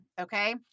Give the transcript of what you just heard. Okay